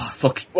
fuck